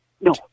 no